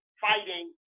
fighting